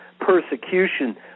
persecution